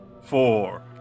four